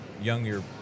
younger